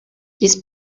these